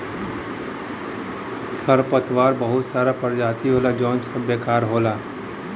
खरपतवार क बहुत सारा परजाती होला जौन सब बेकार होला